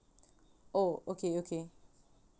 oh okay okay